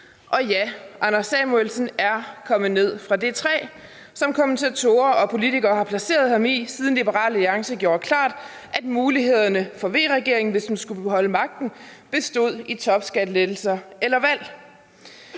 Og ja, Anders Samuelsen er kommet ned fra det træ, som kommentatorer og politikere har placeret ham i, siden Liberal Alliance gjorde klart, at mulighederne for V-regeringen, hvis den skulle beholde magten, bestod i topskattelettelser eller valg.